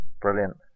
Brilliant